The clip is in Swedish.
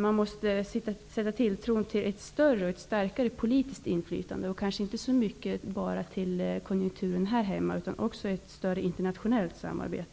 man måste sätta tilltro till ett större och starkare politiskt inflytande. Man skall kanske inte så mycket se enbart till konjunkturen här hemma. Det handlar också om ett större internationellt samarbete.